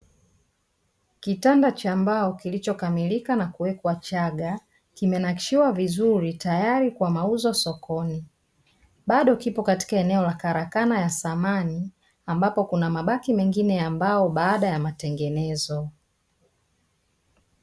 Kitanda cha mbao kilicho kamilika na kuwekwa chaga, kimenamkshiwa vizuri tayari kwa mauzo sokoni. Bado kipo katika eneo la karakana ya samani, ambapo kuna mabaki mengine ya mbao baada ya matengenezo.